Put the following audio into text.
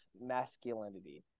masculinity